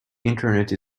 internet